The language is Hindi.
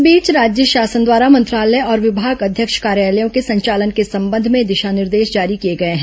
इस बीच राज्य शासन द्वारा मंत्रालय और विभागाध्यक्ष कार्यालयों के संचालन के संबंध में दिशा निर्देश जारी किए गए हैं